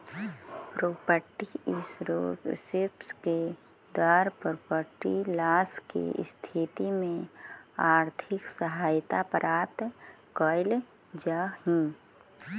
property insurance के द्वारा property loss के स्थिति में आर्थिक सहायता प्राप्त कैल जा हई